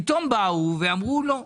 פתאום באו ואמרו, לא,